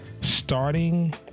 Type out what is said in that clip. Starting